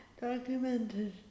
documented